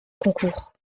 concours